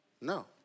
No